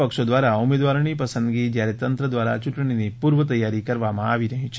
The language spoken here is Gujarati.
પક્ષો દ્વારા ઉમેદવારોની પસંદગી જ્યારે તંત્ર દ્વારા ચૂંટણીની પૂર્વ તૈયારી કરવામાં આવી રહી છે